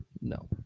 no